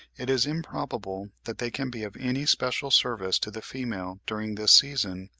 it is improbable that they can be of any special service to the female during this season,